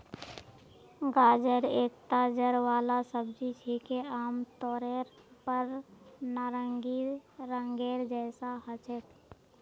गाजर एकता जड़ वाला सब्जी छिके, आमतौरेर पर नारंगी रंगेर जैसा ह छेक